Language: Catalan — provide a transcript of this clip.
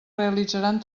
realitzaran